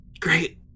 Great